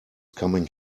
coming